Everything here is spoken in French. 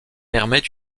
permet